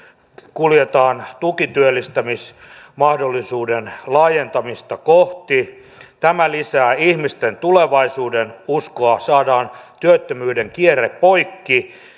kuljetaan tukityöllistämismahdollisuuden laajentamista kohti tämä lisää ihmisten tulevaisuudenuskoa saadaan työttömyyden kierre poikki